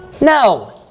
No